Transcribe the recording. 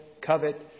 covet